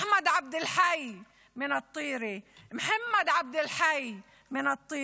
אחמד עבד אל חי מטירה, מוחמד עבד אל חי מטירה,